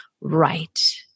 right